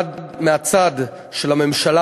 גם מהצד של הממשלה,